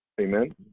Amen